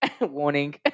warning